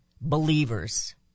believers